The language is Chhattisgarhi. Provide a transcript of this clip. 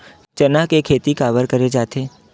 चना के खेती काबर करे जाथे?